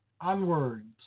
onwards